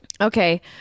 Okay